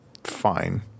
Fine